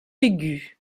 aigu